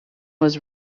was